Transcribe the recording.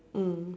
mm